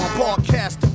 broadcast